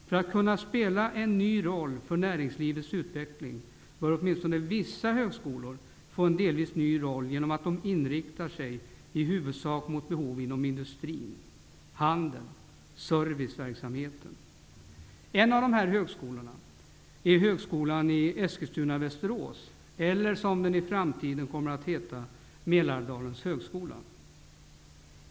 För att kunna spela en ny roll för näringslivets utveckling bör åtminstone vissa högskolor få en delvis ny roll, genom att de inriktas ''i huvudsak mot behov inom industri, handel och serviceverksamhet''. En av dessa högskolor är högskolan i Eskilstuna/Västerås eller, som den i framtiden kommer att heta, Mälardalens högskola.